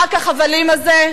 משחק החבלים הזה,